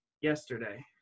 yesterday